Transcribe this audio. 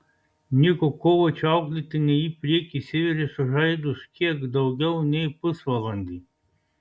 niko kovačo auklėtiniai į priekį išsiveržė sužaidus kiek daugiau nei pusvalandį